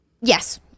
Yes